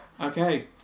Okay